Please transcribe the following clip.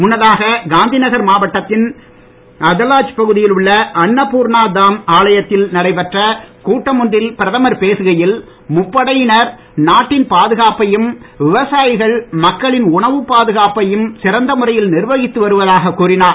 முன்னதாக காந்திநகர் மாவட்டத்தின் அதலாஜ் பகுதியில் உள்ள அன்னபூர்ணா தாம் ஆலயத்தில் நடைபெற்ற கூட்டம் ஒன்றில் பிரதமர் பேசுகையில் முப்படையினர் நாட்டின் பாதுகாப்பையும் விவசாயிகள் மக்களின் உணவுப் பாதுகாப்பையும் சிறந்த முறையில் நிர்வகித்து வருவதாக கூறினார்